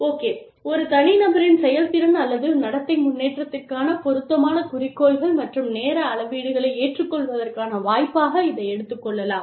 okay ஒரு தனிநபரின் செயல்திறன் அல்லது நடத்தை முன்னேற்றத்திற்கான பொருத்தமான குறிக்கோள்கள் மற்றும் நேர அளவீடுகளை ஏற்றுக்கொள்வதற்கான வாய்ப்பாக இதை எடுத்துக்கொள்ளலாம்